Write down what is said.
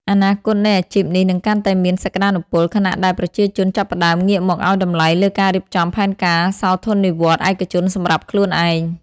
អនាគតនៃអាជីពនេះនឹងកាន់តែមានសក្ដានុពល ខណៈដែលប្រជាជនចាប់ផ្ដើមងាកមកឱ្យតម្លៃលើការរៀបចំផែនការសោធននិវត្តន៍ឯកជនសម្រាប់ខ្លួនឯង។